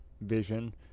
vision